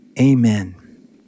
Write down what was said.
amen